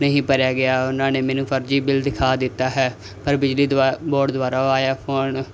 ਨਹੀਂ ਭਰਿਆ ਗਿਆ ਉਹਨਾਂ ਨੇ ਮੈਨੂੰ ਫਰਜ਼ੀ ਬਿੱਲ ਦਿਖਾ ਦਿੱਤਾ ਹੈ ਪਰ ਬਿਜਲੀ ਦੁਆ ਬੋਰਡ ਦੁਆਰਾ ਆਇਆ ਫੋਨ